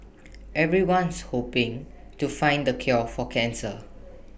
everyone's hoping to find the cure for cancer